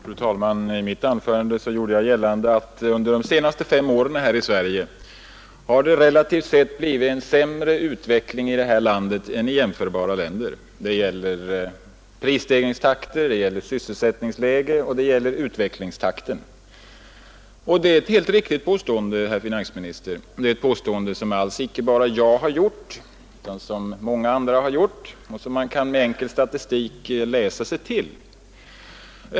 Fru talman! I mitt anförande gjorde jag gällande att under de senaste fem åren har det relativt sett blivit en sämre utveckling här i Sverige än i jämförbara länder. Det gäller prisstegringstakten, det gäller sysselsättningsläget och det gäller utvecklingstakten. Det är ett helt riktigt påstående, herr finansminister, och det är ett påstående som alls icke bara jag har gjort utan också många andra och som man med enkel statistik kan läsa sig till.